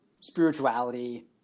spirituality